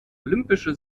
olympische